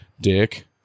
Dick